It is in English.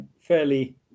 Fairly